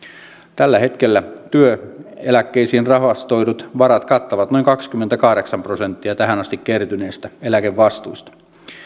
tällä hetkellä työeläkkeisiin rahastoidut varat kattavat noin kaksikymmentäkahdeksan prosenttia tähän asti kertyneistä eläkevastuista